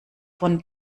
von